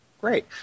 Great